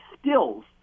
stills